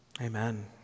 Amen